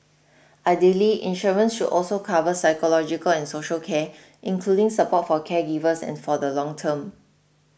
ideally insurance should also cover psychological and social care including support for caregivers and for the long term